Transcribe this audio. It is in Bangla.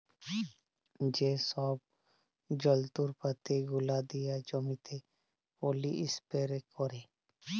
যে ছব যল্তরপাতি গুলা দিয়ে জমিতে পলী ইস্পেরে ক্যারে